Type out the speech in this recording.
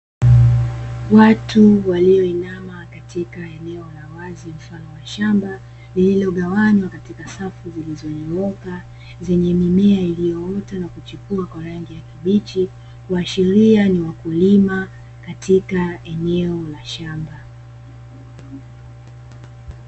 Watu walioinama katika eneo la wazi mfano wa shamba, lililogawanywa katika safu zilizonyooka, zenye mimea iliyoota na kuchipua kwa rangi ya kijani kibichi. Kuashiria ni wakulima katika eneo la shamba.